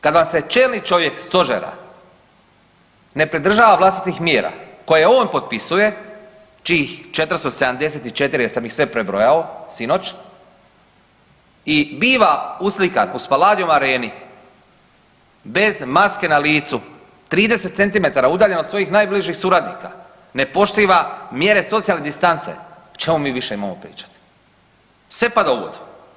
Kad vam se čelni čovjek stožera ne pridržava vlastitih mjera koje on potpisuje čijih 474 jer sam ih sve prebrojao sinoć i biva uslikan u Spaladium Areni bez maske na licu 30 cm udaljen od svojih najbližih suradnika, ne poštiva mjere socijalne distance o čemu mi više imamo pričati, sve pada u vodu.